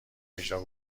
اجرا